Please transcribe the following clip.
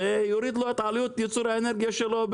שזה אומר להקים אתרים לרשויות של האשכול.